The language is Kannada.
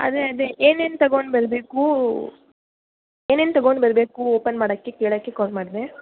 ಅದೇ ಅದೇ ಏನೇನು ತಗೊಂಡು ಬರಬೇಕು ಏನೇನು ತಗೊಂಡು ಬರಬೇಕು ಓಪನ್ ಮಾಡೋಕ್ಕೆ ಕೇಳೋಕ್ಕೆ ಕಾಲ್ ಮಾಡಿದೆ